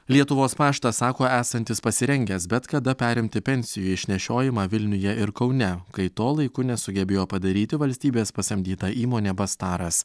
lietuvos paštas sako esantis pasirengęs bet kada perimti pensijų išnešiojimą vilniuje ir kaune kai to laiku nesugebėjo padaryti valstybės pasamdyta įmonė bastaras